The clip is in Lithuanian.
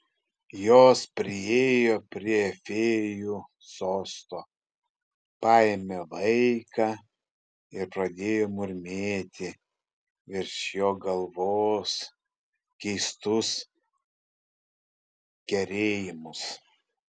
jos priėjo prie fėjų sosto paėmė vaiką ir pradėjo murmėti virš jo galvos keistus kerėjimus